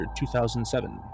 2007